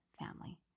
family